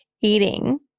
eating